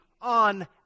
on